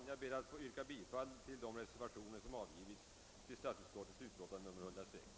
Jag ber att få yrka bifall till de reservationer som avgivits till statsutskottets utlåtande nr 106.